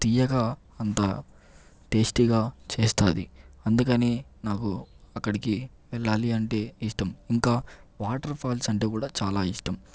తీయగా అంత టేస్టీ గా చేస్తుంది అందుకని నాకు అక్కడికి వెళ్లాలి అంటే ఇష్టం ఇంకా వాటర్ ఫాల్స్ అంటే కూడా చాలా ఇష్టం